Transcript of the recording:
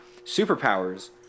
superpowers